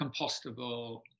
compostable